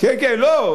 לא,